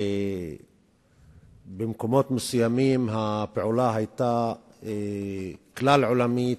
ובמקומות מסוימים הפעולה היתה כלל-עולמית,